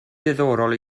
diddorol